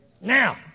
Now